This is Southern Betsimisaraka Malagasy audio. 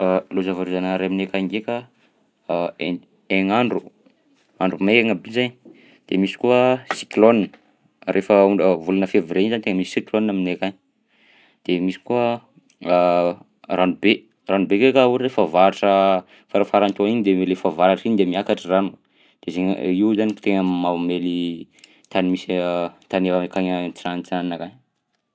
Loza voajanahary aminay akagny ndraika, hain- haignandro, andro maigna bi zainy, de misy koa cyclone rehefa onga- volana février iny zany tegna misy cyclone aminay akagny, de misy koa ranobe, ranobe ndraika ohatra hoe fahavaratra farafarany keo igny de le fahavaratra igny de miakatra rano, de zaigna- io zany tegna mamely tany misy tany akagny antsinanantsinana akagny.